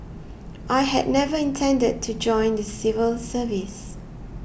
I had never intended to join the civil service